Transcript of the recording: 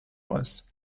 was